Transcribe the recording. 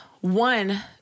one